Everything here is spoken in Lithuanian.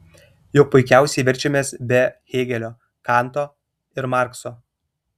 juk puikiausiai verčiamės be hėgelio kanto ir markso